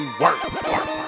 work